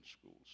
schools